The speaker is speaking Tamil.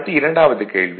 அடுத்து இரண்டாவது கேள்வி